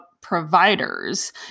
providers